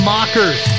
Mockers